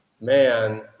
man